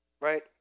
Right